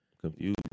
Confused